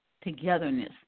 togetherness